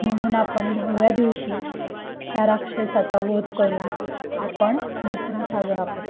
म्हणून आपण दहाव्या दिवशी त्या राक्षसाचा वध करून आपण दसरा साजरा करतो